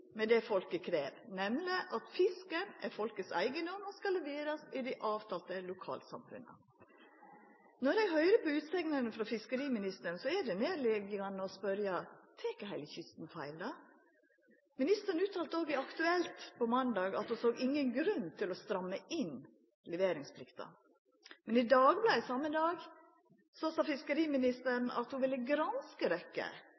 med det folket krev, nemleg at fisken er folkets eigedom og skal leverast i dei avtalte lokalsamfunna. Når eg høyrer på utsegnene frå fiskeriministeren, er det nærliggjande å spørja: Tek heile kysten feil? Ministeren uttalte òg i Aktuelt på måndag at ho ikkje såg nokon grunn til å stramma inn leveringsplikta. Men i Dagbladet same dag sa